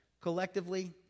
collectively